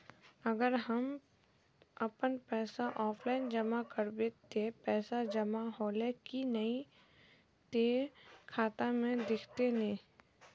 अगर हम अपन पैसा ऑफलाइन जमा करबे ते पैसा जमा होले की नय इ ते खाता में दिखते ने?